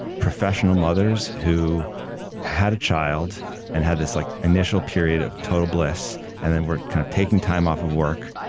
professional mothers, who had a child and had this like initial period of total bliss and then were kind of taking time off of work,